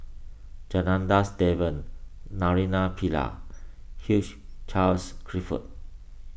Janadas Devan Naraina Pillai Hugh Charles Clifford